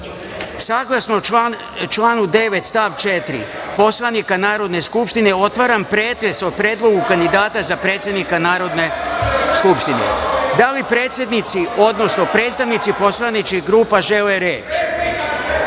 članu 9. stav 4. Poslovnika Narodne skupštine, otvaram pretres o Predlogu kandidata za predsednika Narodne skupštine. Da li predsednici, odnosno predstavnici poslaničkih grupa žele